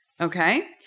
Okay